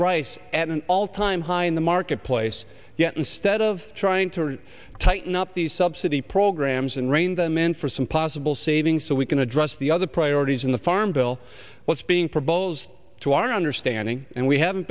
rice at an all time high in the marketplace yet instead of trying to really tighten up the subsidy programs and rein them in for some possible savings so we can address the other priorities in the farm bill what's being proposed to our understanding and we haven't